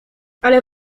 ale